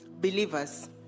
believers